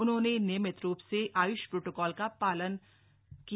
उन्होंने नियमित रूप से आयुष प्रोटोकॉल का पालन किया